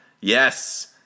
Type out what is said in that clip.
Yes